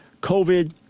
COVID